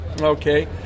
Okay